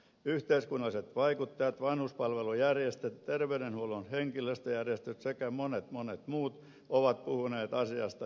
yhteiskunnalliset vaikuttajat vanhuspalvelujärjestöt terveydenhuollon henkilöstöjärjestöt sekä monet monet muut ovat puhuneet asiasta jo vuosia